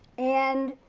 and